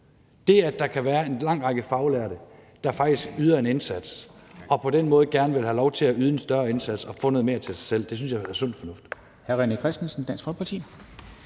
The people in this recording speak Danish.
Det, at der kan være en lang række faglærte, der faktisk yder en indsats og på den måde gerne vil have lov til at yde en større indsats og få noget mere til sig selv, synes jeg da er sund fornuft.